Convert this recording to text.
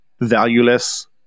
valueless